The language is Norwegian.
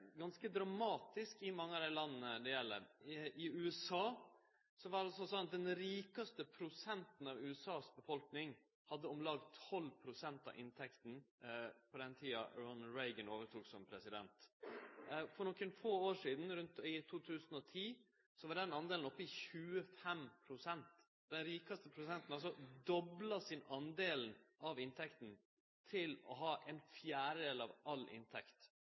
ganske dramatisk i mange av dei landa det gjeld. I USA var det slik at den rikaste prosenten av USAs befolkning hadde om lag 12 pst. av inntektene på den tida Ronald Reagan overtok som president. For nokre få år sidan, i 2010, var den delen oppe i 25 pst. Den rikaste prosenten hadde dobla sin del av inntekta, til å ha ein fjerdedel av all inntekt.